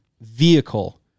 vehicle